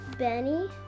Benny